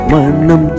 Manam